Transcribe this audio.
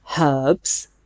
herbs